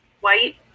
white